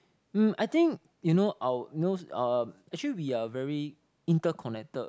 um I think you know our you know uh actually we are very interconnected